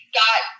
got